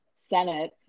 Senate